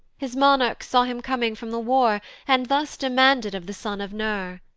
his monarch saw him coming from the war, and thus demanded of the son of ner.